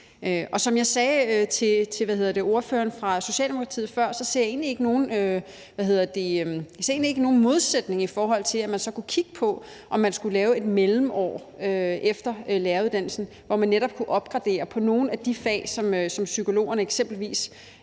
Og som jeg sagde til ordføreren fra Socialdemokratiet før, ser jeg egentlig ikke nogen modsætning til, at man så kunne kigge på, om man skulle lave et mellemår efter læreruddannelsen, hvor man netop kunne opgradere på nogle af de fag, som psykologerne eksempelvis